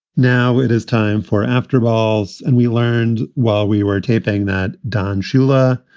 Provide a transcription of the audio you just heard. now it is time for after balls and we learned while we were taping that don shula,